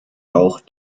auch